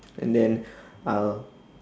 and then uh